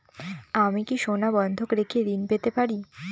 আমি কি সোনা বন্ধক রেখে ঋণ পেতে পারি?